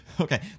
Okay